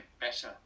better